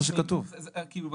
כאילו בשוטף,